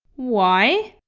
why?